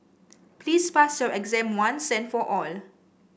please pass your exam once and for all